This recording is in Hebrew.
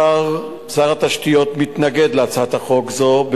שר התשתיות מתנגד להצעת החוק הזו,